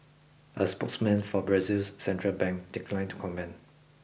a spokesman for Brazil's central bank declined to comment